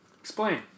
Explain